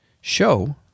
show